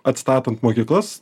atstatant mokyklas